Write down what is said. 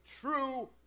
true